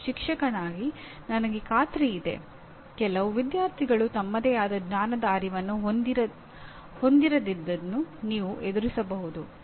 ಮತ್ತು ಶಿಕ್ಷಕನಾಗಿ ನನಗೆ ಖಾತ್ರಿಯಿದೆ ಕೆಲವು ವಿದ್ಯಾರ್ಥಿಗಳು ತಮ್ಮದೇ ಆದ ಜ್ಞಾನದ ಅರಿವನ್ನು ಹೊಂದಿರದಿದ್ದನ್ನು ನೀವು ಎದುರಿಸಿರಬಹುದು